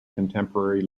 contemporary